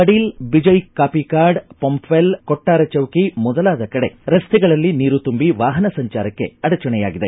ಪಡೀಲ್ ಬಿಜೈ ಕಾಪಿಕಾಡ್ ಪೊಂಪ್ವೆಲ್ ಕೊಟ್ಟಾರ ಚೌಕಿ ಮೊದಲಾದ ಕಡೆ ರಸ್ತೆಗಳಲ್ಲಿ ನೀರು ತುಂಬಿ ವಾಹನ ಸಂಜಾರಕ್ಕೆ ಅಡಚಣೆಯಾಗಿದೆ